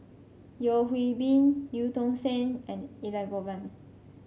Yeo Hwee Bin Eu Tong Sen and Elangovan